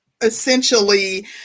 essentially